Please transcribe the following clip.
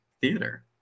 theater